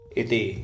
iti